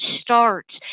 starts